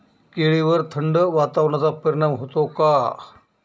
केळीवर थंड वातावरणाचा परिणाम होतो का?